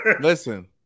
Listen